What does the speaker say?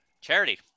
Charity